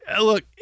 look